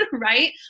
right